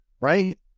Right